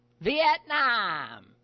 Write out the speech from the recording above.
Vietnam